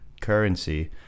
currency